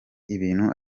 ibintu